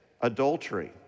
adultery